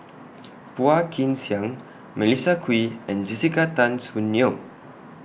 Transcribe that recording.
Phua Kin Siang Melissa Kwee and Jessica Tan Soon Neo